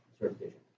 certification